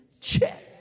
check